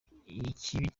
ikibi